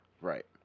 Right